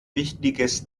wichtiges